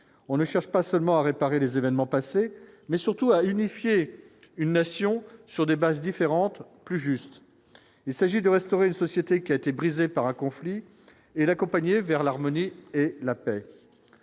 on ne cherche pas seulement à réparer les événements passés, mais surtout à unifier une nation sur des bases différentes, plus juste, il s'agit de restaurer une société qui a été brisée par un conflit et l'accompagner vers l'harmonie et la paix,